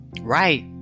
right